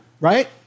right